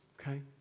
okay